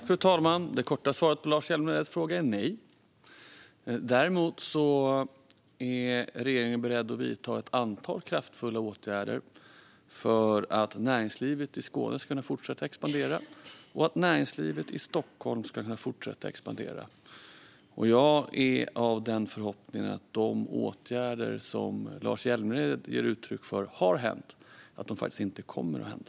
Fru talman! Det korta svaret på Lars Hjälmereds fråga är nej. Däremot är regeringen beredd att vidta ett antal kraftfulla åtgärder för att näringslivet i Skåne ska kunna fortsätta att expandera och för att näringslivet i Stockholm ska kunna fortsätta att expandera. Jag är av förhoppningen att de åtgärder som Lars Hjälmered ger uttryck för har hänt faktiskt inte kommer att hända.